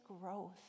growth